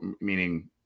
meaning